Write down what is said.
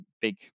Big